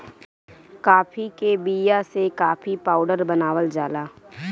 काफी के बिया से काफी पाउडर बनावल जाला